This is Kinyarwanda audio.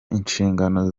inshingano